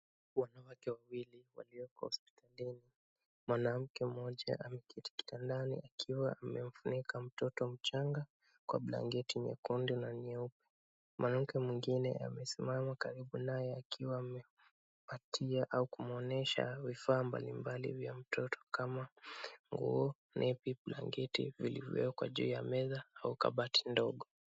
Wanawake wawili walioko hospitalini. Mwanamke mmoja ameketi kitandani akiwa amemfunika mtoto mchanga kwa blanketi nyekundu na nyeupe. Mwanamke mwingine amesimama karibu naye akiwa amepatia au kumwonyesha vifaa mbali mbali vya mtoto kama nguo, nepi, blanketi vilivyowekwa juu ya meza au kabati ndogo.